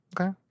Okay